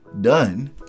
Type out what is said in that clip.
done